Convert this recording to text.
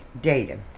data